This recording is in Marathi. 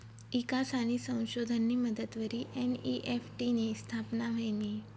ईकास आणि संशोधननी मदतवरी एन.ई.एफ.टी नी स्थापना व्हयनी